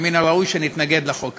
מן הראוי שנתנגד לחוק הזה.